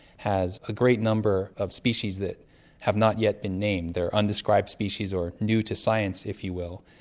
has a great number of species that have not yet been named, they are undescribed species or new to science, if you will.